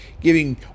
giving